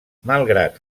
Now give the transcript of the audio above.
malgrat